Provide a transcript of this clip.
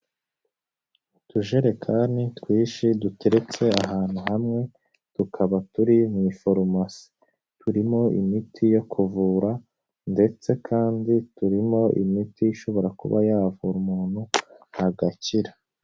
Utujerekani twinshi duteretse ahantu hamwe tukaba turi mu ifarumasi. Turimo imiti yo kuvura ndetse kandi turimo imiti ishobora kuba yavura umuntu agakira.